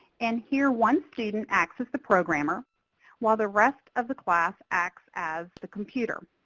and here, one student acts as the programmer while the rest of the class acts as the computer.